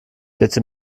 bitte